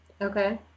Okay